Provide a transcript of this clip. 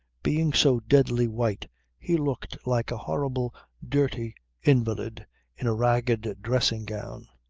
being so deadly white he looked like a horrible dirty invalid in a ragged dressing gown.